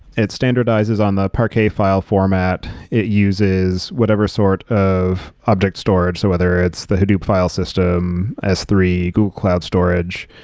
it standardizes on the parquet file format. it uses whatever sort of object storage. so whether it's the hadoop file system, s three, google cloud storage.